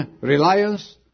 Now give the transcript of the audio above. reliance